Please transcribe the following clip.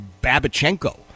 Babichenko